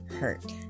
hurt